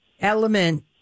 element